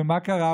ומה קרה?